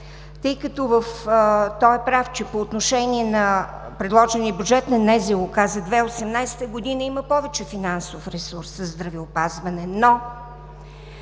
Той е прав, че по отношение на предложения бюджет на НЗОК за 2018 г. има повече финансов ресурс за здравеопазване.